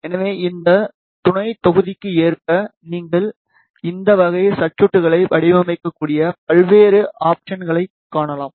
எனவே இந்த துணை தொகுதிக்கு ஏற்ப நீங்கள் இந்த வகை சர்குட்களை வடிவமைக்கக்கூடிய பல்வேறு ஆப்ஷன்களைக் காணலாம்